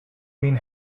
been